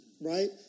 right